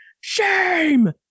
Shame